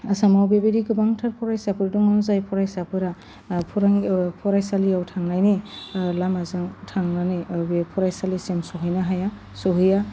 आसामाव बेबायदि गोबांथार फरायसाफोर दङ जाय फरायसाफोरा फोरों फरायसालियाव थांनायनि लामाजों थांनानै बे फरायसालिसिम सहैनो हाया सौहैया